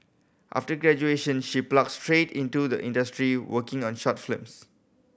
after graduation she plunged straight into the industry working on short films